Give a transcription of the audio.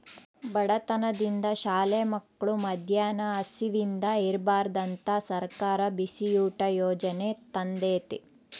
ಬಡತನದಿಂದ ಶಾಲೆ ಮಕ್ಳು ಮದ್ಯಾನ ಹಸಿವಿಂದ ಇರ್ಬಾರ್ದಂತ ಸರ್ಕಾರ ಬಿಸಿಯೂಟ ಯಾಜನೆ ತಂದೇತಿ